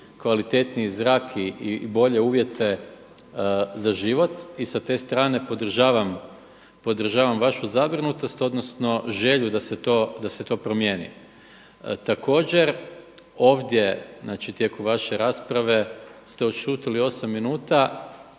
kvalitetniji zrak i bolje uvjete za život. I sa te strane podržavam vašu zabrinutost, odnosno želju da se to promijeni. Također ovdje, znači tijekom vaše rasprave ste odšutjeli 8 minuta